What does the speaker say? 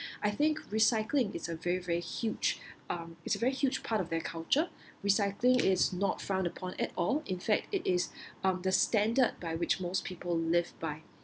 I think recycling is a very very huge um it's a very huge part of their culture recycling is not frowned upon at all in fact it is um the standard by which most people live by